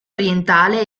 orientale